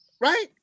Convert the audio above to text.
right